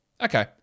okay